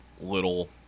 little